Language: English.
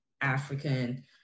African